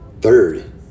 Third